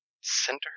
center